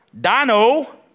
dino